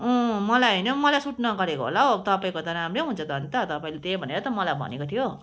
अँ मलाई होइन मलाई सुट नगरेको होला हौ तपाईँको त राम्रै हुन्छ त हन्त तपाईँले त्यही भनेर त मलाई भनेको थियो